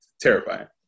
Terrifying